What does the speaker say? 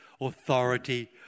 authority